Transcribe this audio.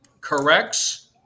corrects